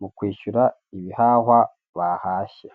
mu kwishyura ibihahwa bahashye.